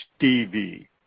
HDV